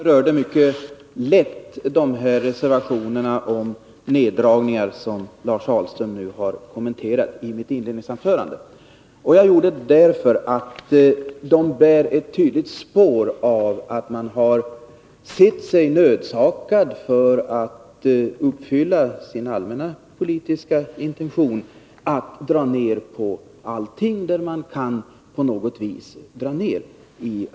Herr talman! De reservationer med förslag till nedskärningar som Lars Ahlström nu har kommenterat berörde jag i mitt inledningsanförande bara mycket lätt. Anledningen härtill var att de bär tydliga spår av att man sett sig nödsakad att uppfylla sin allmänna politiska intention att i anslagsgivning dra ned på allting som man på något vis kan dra ned på.